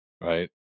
right